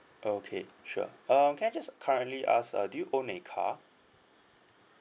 okay sure um can I just currently ask uh do you own a car